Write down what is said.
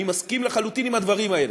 אני מסכים לחלוטין עם הדברים האלה,